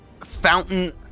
fountain